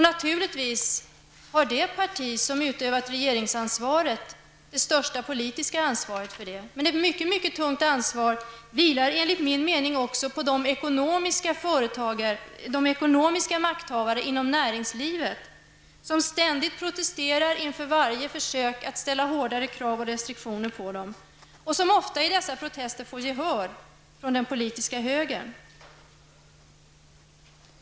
Naturligtvis har det parti som utövat regeringsansvaret det största politiska ansvaret, men ett mycket tungt ansvar vilar enligt min mening på de ekonomiska makthavare inom näringslivet som ständigt protesterar vid varje försök att ställa hårdare krav och införa strängare restriktioner. Ofta vinner dessa protester gehör inom den politiska högern.